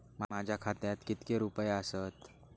माझ्या खात्यात कितके रुपये आसत?